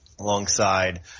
Alongside